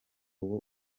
ubu